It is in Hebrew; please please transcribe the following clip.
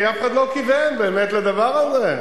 כי אף אחד לא כיוון באמת לדבר הזה.